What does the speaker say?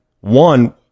One